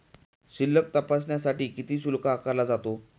शिल्लक तपासण्यासाठी किती शुल्क आकारला जातो?